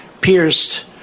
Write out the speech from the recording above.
pierced